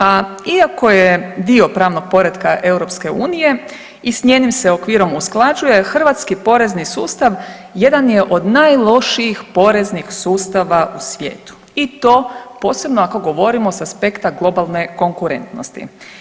A iako je dio pravnog poretka EU i s njenim se okvirom usklađuje hrvatski porezni sustav jedan je od najlošijih poreznih sustava u svijetu i to posebno ako govorimo s aspekta globalne konkurentnosti.